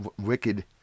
Wicked